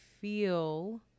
feel